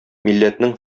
милләтнең